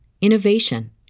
innovation